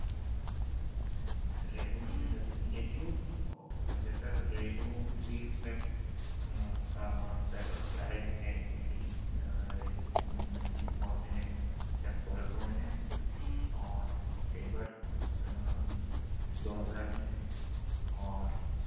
ریہو مچھلی سر کتنی ایک کیلو اوکے اوکے سر ریہو مچھلی سر کا سر پرائز ہے یہی ریہو مچھلی وہ جو ہے سر سولہ سو میں ہے اور کیبرس دو ہزار میں ہے اور